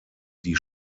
die